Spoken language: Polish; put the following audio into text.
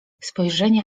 spojrzenie